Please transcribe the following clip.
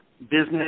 business